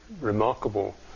remarkable